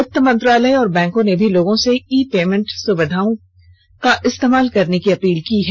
वित्त मंत्रालय और बैंकों ने भी लोगों से ई पेमेंट सुविधाओं का इस्तेमाल करने की ैअपील की है